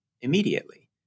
immediately